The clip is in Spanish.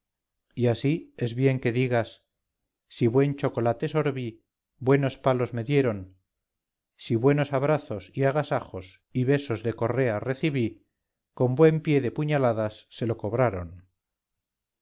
y así es bien que digas si buen chocolate sorbí buenos palos me dieron si buenos abrazos y agasajos y besos de correa recibí con buen pie de puñaladas se lo cobraron